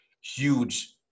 huge